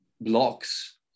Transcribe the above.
blocks